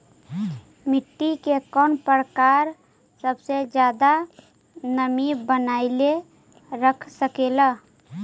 मिट्टी के कौन प्रकार सबसे जादा नमी बनाएल रख सकेला?